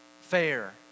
Fair